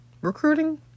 Recruiting